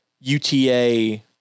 UTA